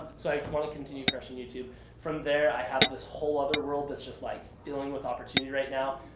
so i want to continue crushing youtube from there i have this whole other world that's just like filling with opportunity right now.